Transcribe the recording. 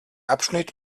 abschnitt